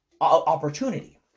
opportunity